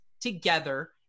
together